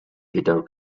guitar